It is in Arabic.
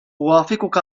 أوافقك